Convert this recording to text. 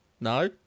No